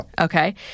Okay